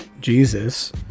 Jesus